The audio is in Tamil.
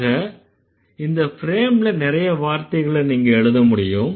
ஆக இந்த ஃப்ரேம்ல நிறைய வார்த்தைகளை நீங்க எழுதமுடியும்